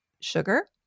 sugar